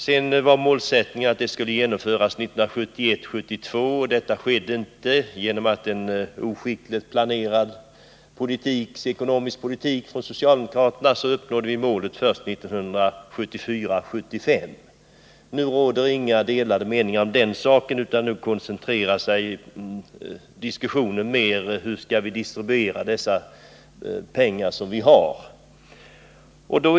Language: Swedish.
Sedan var målsättningen att enprocentsmålet skulle uppnås 1971 75. Nu råder det inga delade meningar om den här saken, utan nu koncentreras diskussionen mer kring hur vi skall distribuera de pengar som vi vill använda.